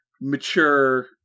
mature